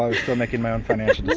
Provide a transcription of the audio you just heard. um still making my own financial